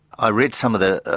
i read some of the,